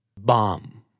Bomb